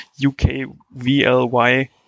UKVLY